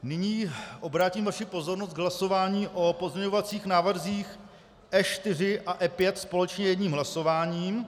Nyní obrátím vaši pozornost k hlasování o pozměňovacích návrzích E4 a E5 společně jedním hlasováním.